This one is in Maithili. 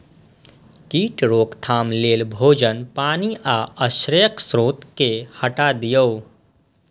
कीट रोकथाम लेल भोजन, पानि आ आश्रयक स्रोत कें हटा दियौ